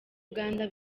uganda